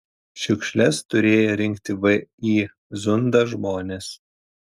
šiukšles turėję rinkti vį zunda žmonės